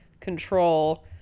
control